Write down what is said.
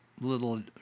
little